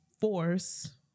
force